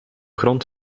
grond